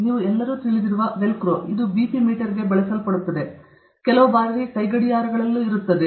ನೀವು ಎಲ್ಲರೂ ತಿಳಿದಿರುವ ವೆಲ್ಕ್ರೊ ಇದು ಬಿಪಿ ಮೀಟರ್ಗೆ ಬಳಸಲ್ಪಡುತ್ತದೆ ಕೆಲವು ಬಾರಿ ಕೈಗಡಿಯಾರಗಳಲ್ಲಿ ಇರುತ್ತದೆ